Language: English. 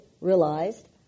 realized